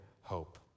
hope